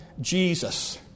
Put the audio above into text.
Jesus